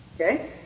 Okay